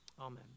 Amen